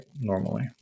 normally